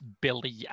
Billy